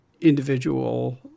individual